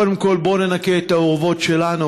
קודם כול בוא ננקה את האורוות שלנו,